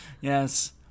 Yes